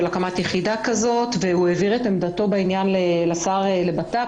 הקמת יחידה כזאת והוא העביר את עמדתו בעניין לשר לביטחון פנים.